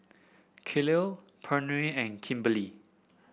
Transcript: Kelli Pernell and Kimberlie